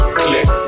click